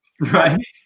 right